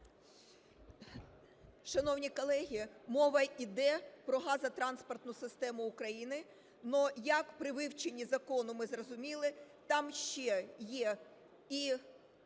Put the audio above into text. Шановні колеги, мова іде про газотранспортну систему України, але як при вивченні закону ми зрозуміли, там ще є і